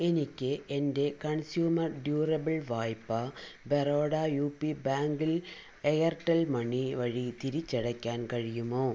എനിക്ക് എൻ്റെ consumer durable വായ്പ ബറോഡ യു പി ബാങ്കിൽ എയർടെൽ മണി വഴി തിരിച്ചടയ്ക്കാൻ കഴിയുമോ